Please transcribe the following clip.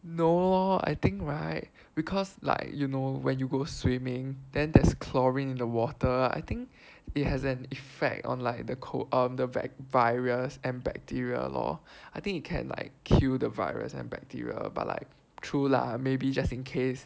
no lor I think right because like you know when you go swimming then there's chlorine in the water I think it has an effect on like the cold um the virus and bacteria lor I think it can like kill the virus and bacteria but like true lah maybe just in case